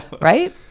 right